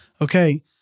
okay